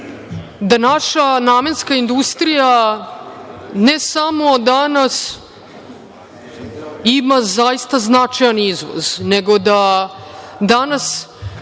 Da naša namenska industrija ne samo danas ima zaista značajan izvoz, nego da je danas